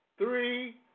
Three